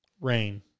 Rain